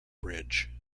bridge